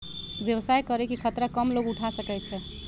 व्यवसाय करे के खतरा कम लोग उठा सकै छै